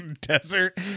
Desert